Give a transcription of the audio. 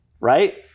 right